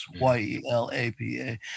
Y-E-L-A-P-A